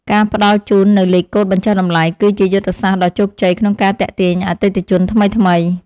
ការផ្ដល់ជូននូវលេខកូដបញ្ចុះតម្លៃ គឺជាយុទ្ធសាស្ត្រដ៏ជោគជ័យក្នុងការទាក់ទាញអតិថិជនថ្មីៗ។